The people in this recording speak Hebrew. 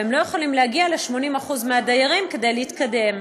והם לא יכולים להגיע ל-80% מהדיירים כדי להתקדם.